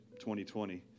2020